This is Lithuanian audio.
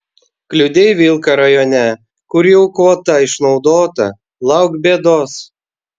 kliudei vilką rajone kur jau kvota išnaudota lauk bėdos